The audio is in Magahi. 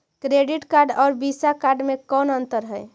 क्रेडिट कार्ड और वीसा कार्ड मे कौन अन्तर है?